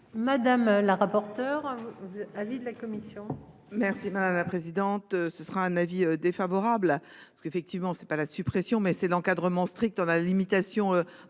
Madame la rapporteure. Avis de la commission.